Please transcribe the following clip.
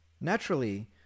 Naturally